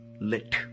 lit